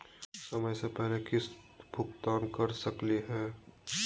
समय स पहले किस्त भुगतान कर सकली हे?